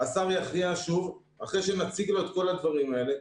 השר יכריע שוב אחרי שנציג לו את כל הדברים האלה.